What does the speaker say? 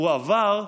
הוא עבר,